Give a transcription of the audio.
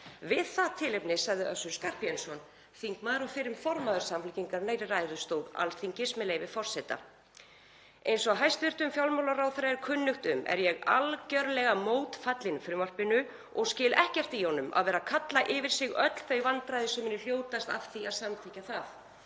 Við það tilefni sagði Össur Skarphéðinsson, þingmaður og fyrrum formaður Samfylkingarinnar, í ræðustól Alþingis með leyfi forseta: „Eins og hæstv. fjármálaráðherra er kunnugt um er ég algjörlega mótfallinn frumvarpinu og skil ekkert í honum að vera að kalla yfir sig öll þau vandræði sem munu hljótast af því að samþykkja það.“